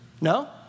No